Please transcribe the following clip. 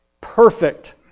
perfect